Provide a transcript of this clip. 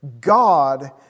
God